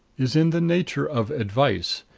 is in the nature of advice.